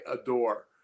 adore